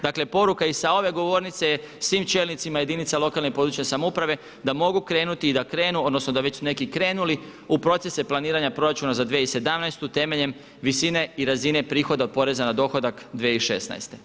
Dakle, poruka je i sa ove govornice je svim čelnicima jedinica lokalne i područne samouprave da mogu krenuti i da krenu, odnosno da već su neki krenuli u procese planiranja proračuna za 2017. temeljem visine i razine prihoda od poreza na dohodak 2016.